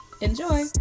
Enjoy